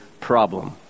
problem